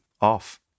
off